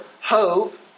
hope